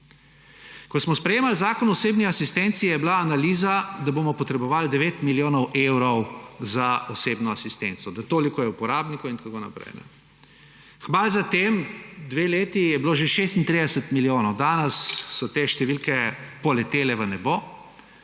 Ko smo sprejemali zakon o osebni asistenci, je bila analiza, da bomo potrebovali 9 milijonov evrov za osebno asistenco, da toliko je uporabnikov in tako naprej. Kmalu zatem, 2 leti, je bilo že 36 milijonov, danes so te številke poletele v nebo